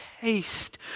taste